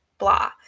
blah